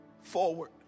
forward